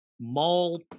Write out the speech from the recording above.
Mall